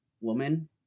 woman